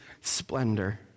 splendor